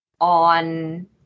on